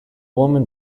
woman